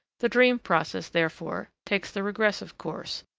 the dream process, therefore, takes the regressive course,